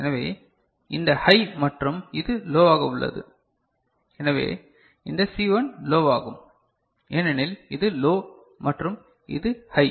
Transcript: எனவே இந்த ஹை மற்றும் இது லோவாக உள்ளது எனவே இந்த சி1 லோவாகும் ஏனெனில் இது லோ மற்றும் இது ஹை